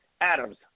Adams